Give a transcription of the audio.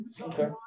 Okay